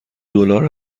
دلار